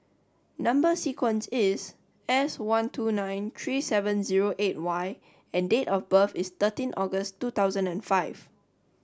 number sequence is S one two nine three seven zero eight Y and date of birth is thirteen August two thousand and five